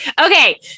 okay